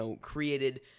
created